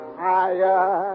higher